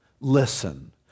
Listen